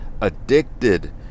addicted